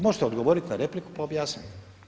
Možete odgovoriti na repliku pa objasnite.